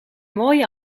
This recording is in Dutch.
mooie